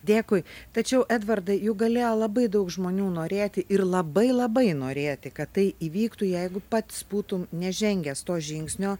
dėkui tačiau edvardai juk galėjo labai daug žmonių norėti ir labai labai norėti kad tai įvyktų jeigu pats būtum nežengęs to žingsnio